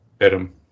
Adam